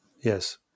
yes